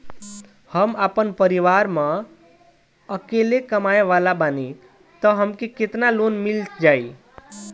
हम आपन परिवार म अकेले कमाए वाला बानीं त हमके केतना लोन मिल जाई?